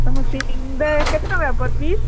ତୁମ ସିଙ୍ଗ୍ଡ଼ା କେତେ ଟଙ୍କା ପର୍ ପିସ୍